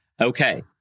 Okay